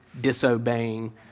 disobeying